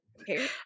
Okay